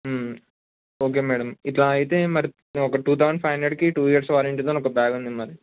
okay madam ఇట్లా అయితే మరి ఒక టూ తౌసండ్ ఫైవ్ హండ్రెడ్కి టూ ఇయర్స్ వారంటీది అని ఒక బ్యాగ్ ఉంది మరి